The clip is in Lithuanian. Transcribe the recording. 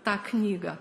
tą knygą